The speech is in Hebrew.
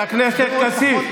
חבר הכנסת כסיף.